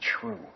true